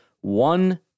One